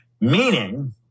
Meaning